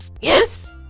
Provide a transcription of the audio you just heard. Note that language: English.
Yes